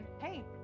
hey